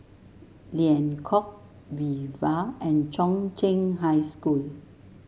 Liang Court Viva and Chung Cheng High School